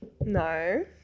No